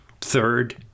Third